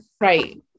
right